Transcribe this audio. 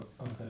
okay